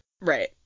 Right